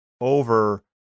over